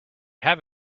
have